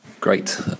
great